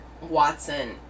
Watson